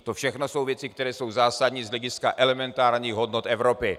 To všechno jsou věci, které jsou zásadní z hlediska elementárních hodnot Evropy.